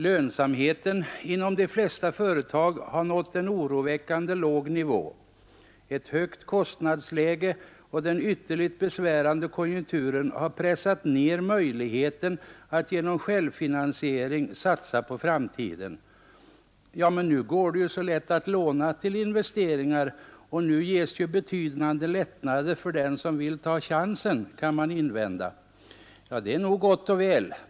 Lönsamheten inom de flesta företag har nått en oroväckande låg nivå. Ett högt kostnadsläge och den ytterligt besvärande konjunkturen har pressat ned möjligheten att genom självfinansiering satsa på framtiden. Ja, men nu går det ju så lätt att låna till investeringar och nu ges ju betydande lättnader för den som vill ta chansen, kan man invända. Det är nog gott och väl.